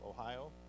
Ohio